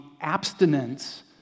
abstinence